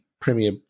premier